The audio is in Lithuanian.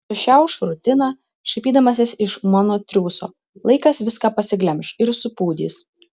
sušiauš rutiną šaipydamasis iš mano triūso laikas viską pasiglemš ir supūdys